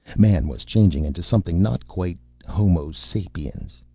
man was changing into something not quite homo sapiens.